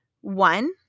One